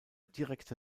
direkte